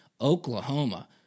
Oklahoma